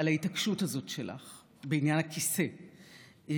על ההתעקשות הזאת שלך בעניין הכיסא,